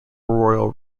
royal